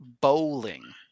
Bowling